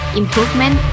improvement